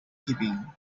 giving